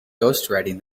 ghostwriting